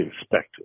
expected